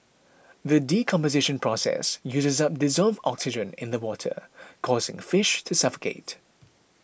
the decomposition process uses up dissolved oxygen in the water causing fish to suffocate